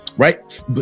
Right